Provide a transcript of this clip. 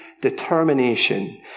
determination